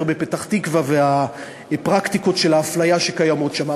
בפתח-תקווה והפרקטיקות של ההפליה שקיימות שם.